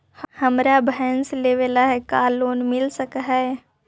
हमरा भैस लेबे ल है का लोन मिल सकले हे?